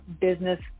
business